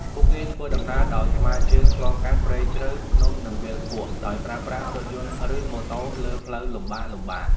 ពួកគេធ្វើដំណើរដោយថ្មើរជើងឆ្លងកាត់ព្រៃជ្រៅ ភ្នំ និងវាលភក់ ដោយប្រើប្រាស់រថយន្ត ឬម៉ូតូលើផ្លូវលំបាកៗ។